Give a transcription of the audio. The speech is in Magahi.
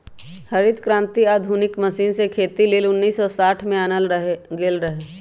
हरित क्रांति आधुनिक मशीन से खेती लेल उन्नीस सौ साठ में आनल गेल रहै